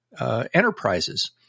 enterprises